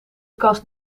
kast